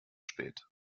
spät